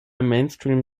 mainstream